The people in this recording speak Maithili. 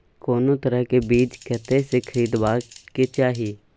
कोनो तरह के बीज कतय स खरीदबाक चाही?